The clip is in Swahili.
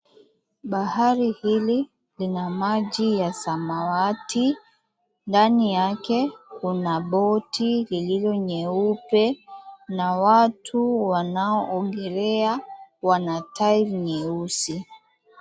Bahari hili lina maji ya samawati. Ndani yake kuna boti lililo nyeupe na watu wanaoogelea wana tairi nyeusi.